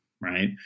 right